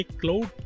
cloud